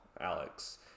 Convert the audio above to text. Alex